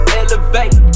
elevate